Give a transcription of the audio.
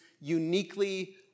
uniquely